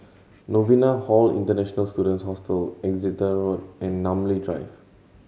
Novena Hall International Students Hostel Exeter Road and Namly Drive